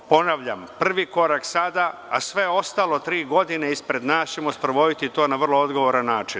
Ponavljam, prvi korak sada, a sve ostalo tri godine ispred nas ćemo sprovoditi to na vrlo odgovoran način.